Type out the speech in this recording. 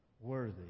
worthy